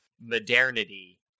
modernity